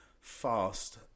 fast